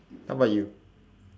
how about you